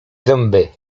zęby